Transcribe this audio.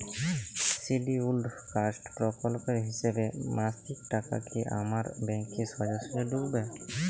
Scheduled caste প্রকল্পের হিসেবে মাসিক টাকা কি আমার ব্যাংকে সোজাসুজি ঢুকবে?